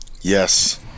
Yes